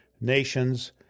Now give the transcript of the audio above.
nations